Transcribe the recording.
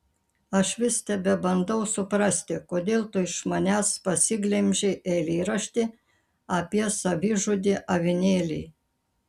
aš vis tebebandau suprasti kodėl tu iš manęs pasiglemžei eilėraštį apie savižudį avinėlį